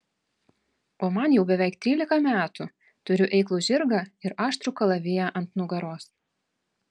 o man jau beveik trylika metų turiu eiklų žirgą ir aštrų kalaviją ant nugaros